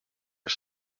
are